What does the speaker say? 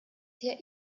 hier